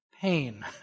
Pain